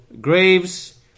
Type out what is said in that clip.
graves